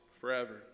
forever